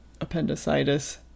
appendicitis